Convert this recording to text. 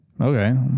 Okay